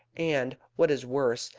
and, what is worse,